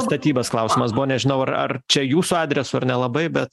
statybas klausimas buvo nežinau ar ar čia jūsų adresu ar nelabai bet